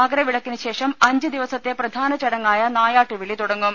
മകരവിളക്കിനു ശേഷം അഞ്ച് ദിവസത്തെ പ്രധാന ചടങ്ങായ നായാട്ടു വിളി തുടങ്ങും